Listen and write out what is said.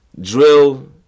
drill